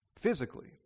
physically